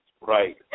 right